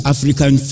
African